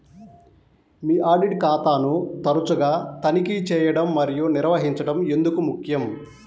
మీ audit ఖాతాను తరచుగా తనిఖీ చేయడం మరియు నిర్వహించడం ఎందుకు ముఖ్యం?